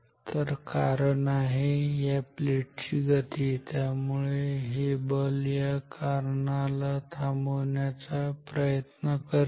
तर कारण आहे या प्लेट ची गती त्यामुळे हे बल या कारणा थांबविण्याचा प्रयत्न करेल